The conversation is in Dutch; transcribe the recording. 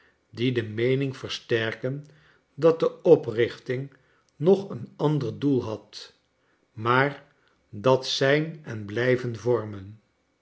die de meening versterken dat de oprichting nog een ander doel had maar dat zijn en bhjven vormen